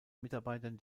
mitarbeitern